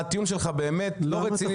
הטיעון שלך באמת לא רציני.